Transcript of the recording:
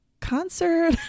concert